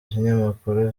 kinyamakuru